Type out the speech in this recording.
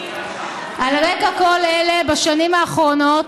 על רקע כל אלה, בשנים האחרונות